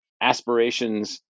aspirations